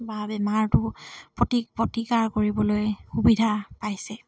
বা বেমাৰটো প্ৰতি প্ৰতিকাৰ কৰিবলৈ সুবিধা পাইছে